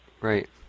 right